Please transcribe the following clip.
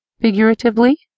Figuratively